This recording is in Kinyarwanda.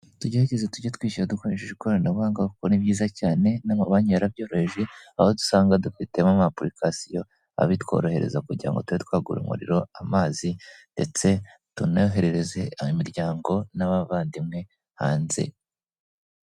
Tugerageze tujye twishyura dukoresheje ikoranabuhanga kuko ni byiza cyane n'amabanki yarabyoroheje, aho dusanga dufitemo application abitworohereza kugira ngo tube twagura umuriro, amazi ndetse tunoherereze imiryango n'abavandimwe hanze.